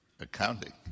accounting